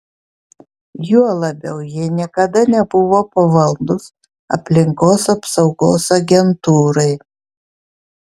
juo labiau jie niekada nebuvo pavaldūs aplinkos apsaugos agentūrai